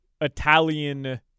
Italian